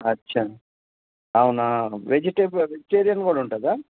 అచ్చా అవునా vegetable vegetarian కూడా ఉంటుందా